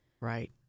Right